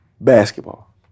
basketball